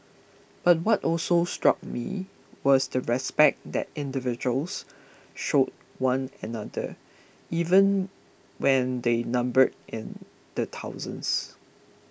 but what also struck me was the respect that individuals showed one another even when they numbered in the thousands